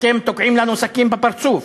אתם תוקעים לנו סכין בפרצוף,